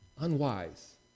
unwise